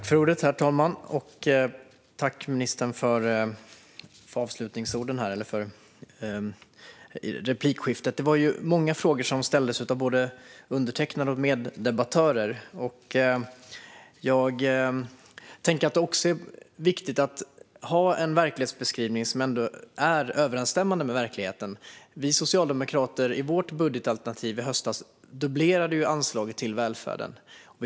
Herr talman! Det var många frågor som ställdes av både undertecknad och meddebattörer. Jag tänker att det är viktigt att ha en verklighetsbeskrivning som är överensstämmande med verkligheten. Vi socialdemokrater dubblerade anslaget till välfärden i vårt budgetalternativ i höstas.